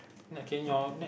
okay your